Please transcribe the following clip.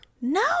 No